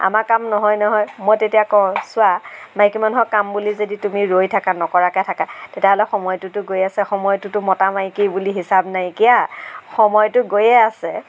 আমাৰ কাম নহয় নহয় মই তেতিয়া কওঁ চোৱা মাইকী মানুহৰ কাম বুলি যদি তুমি ৰৈ থাকা নকৰাকৈ থকা তেতিয়াহ'লে সময়টোতো গৈ আছে সময়টোতো মতা মাইকী বুলি হিচাপ নাইকিয়া সময়টো গৈয়ে আছে